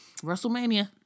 WrestleMania